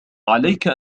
عليك